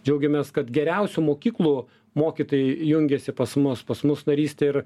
džiaugiamės kad geriausių mokyklų mokytojai jungiasi pas mus pas mus narystė ir